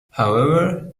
however